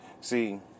See